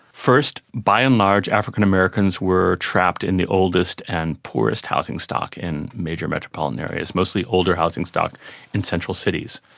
first, by and large african americans were trapped in the oldest and poorest housing stock in major metropolitan areas, mostly older housing stock in central cities.